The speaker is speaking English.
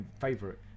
favorite